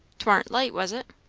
twarn't light, was it?